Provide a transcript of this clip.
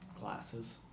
Glasses